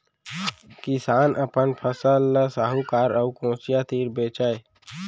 किसान अपन फसल ल साहूकार अउ कोचिया तीर बेचय